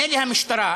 מילא המשטרה,